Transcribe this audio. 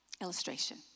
illustration